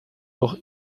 doch